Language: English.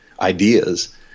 ideas